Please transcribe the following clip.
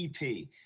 EP